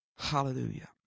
Hallelujah